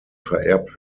vererbt